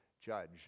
judge